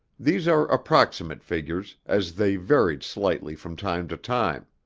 these are approximate figures, as they varied slightly from time to time.